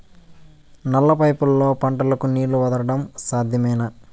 నల్ల పైపుల్లో పంటలకు నీళ్లు వదలడం సాధ్యమేనా?